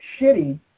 shitty